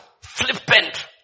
flippant